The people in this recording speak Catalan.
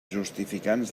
justificants